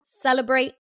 celebrate